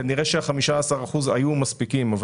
כנראה שה-15 אחוזים היו מספיקים אבל